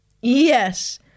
Yes